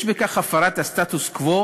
יש בכך הפרת הסטטוס-קוו,